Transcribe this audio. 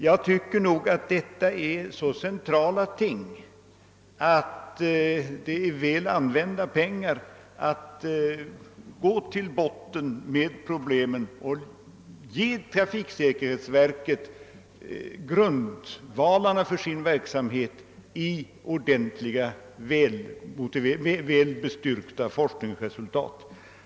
Jag tycker att det är väl använda pengar om man på ett så centralt område verkligen kan gå till botten av problemen och ge trafiksäkerhetsverket grundvalarna för dess verksamhet i form av ordentliga väl bestyrkta forskningsresultat.